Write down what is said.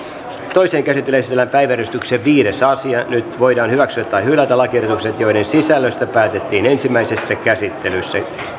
toiseen käsittelyyn esitellään päiväjärjestyksen viides asia nyt voidaan hyväksyä tai hylätä lakiehdotukset joiden sisällöstä päätettiin ensimmäisessä käsittelyssä